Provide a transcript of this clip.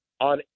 on